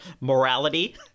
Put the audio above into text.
morality